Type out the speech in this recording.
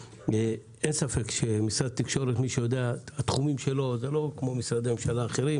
אין ספק שהתחומים של משרד התקשרות הם לא כמו משרדי ממשלה אחרים.